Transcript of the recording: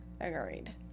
Agreed